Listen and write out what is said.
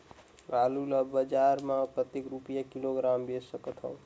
आलू ला बजार मां कतेक रुपिया किलोग्राम म बेच सकथन?